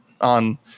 on